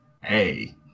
Hey